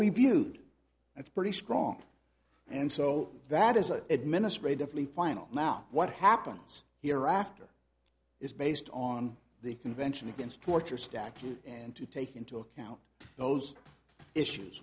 reviewed that's pretty strong and so that is administratively final now what happens here after is based on the convention against torture statute and to take into account those issues